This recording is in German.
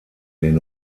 den